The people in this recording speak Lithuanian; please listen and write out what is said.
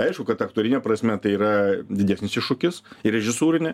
aišku kad aktorine prasme tai yra didesnis iššūkis ir režisūrine